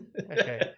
Okay